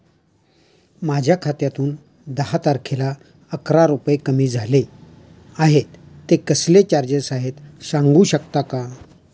माझ्या खात्यातून दहा तारखेला अकरा रुपये कमी झाले आहेत ते कसले चार्जेस आहेत सांगू शकता का?